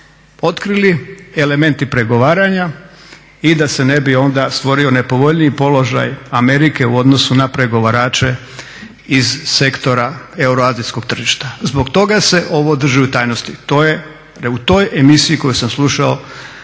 otkrili, elementi pregovaranja i da se ne bi ond astvorio nepovoljniji položaj Amerike u odnosu na pregovarače iz sektora euroazijskog tržišta. Zbog toga se ovo drži u tajnosti, jer je u toj emisiji koju sam slušao